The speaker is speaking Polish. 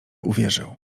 uwierzył